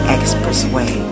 Expressway